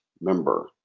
member